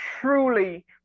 Truly